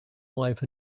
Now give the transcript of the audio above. life